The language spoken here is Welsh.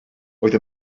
oedd